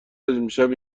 امشب